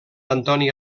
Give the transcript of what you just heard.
antoni